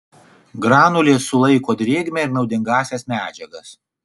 granulės sulaiko drėgmę ir naudingąsias medžiagas